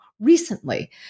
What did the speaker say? recently